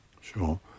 sure